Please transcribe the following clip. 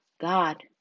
God